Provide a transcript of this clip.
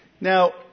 Now